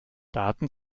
daten